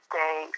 day